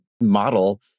model